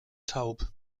taub